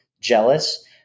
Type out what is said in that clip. jealous